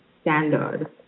standard